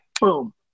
boom